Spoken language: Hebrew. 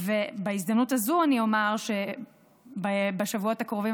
בהזדמנות הזאת אני אומר שבשבועות הקרובים